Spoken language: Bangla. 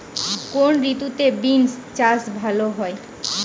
কোন ঋতুতে বিন্স চাষ ভালো হয়?